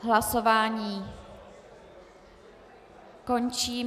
Hlasování končím.